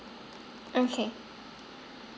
okay